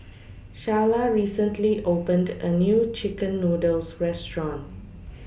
Sharla recently opened A New Chicken Noodles Restaurant